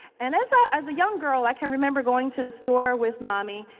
and as i as a young girl, i can remember going to the store with mommy,